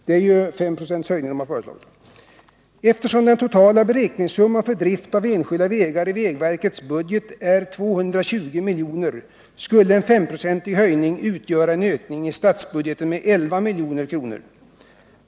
Det är ju en femprocentig höjning man har föreslagit. Eftersom den totala beräkningssumman för drift av enskilda vägar i vägverkets budget är 220 milj.kr. skulle en femprocentig höjning utgöra en ökning i statsbudgeten med 11 milj.kr.